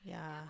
yeah